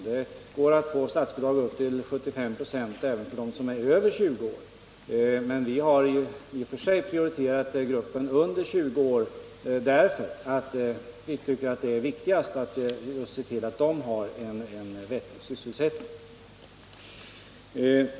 Det går att få statsbidrag till 75 96 även för dem som är över 20 år. Men vi har i och för sig prioriterat gruppen under 20 år därför att vi tycker det är viktigast att se till att dessa ungdomar har en vettig sysselsättning.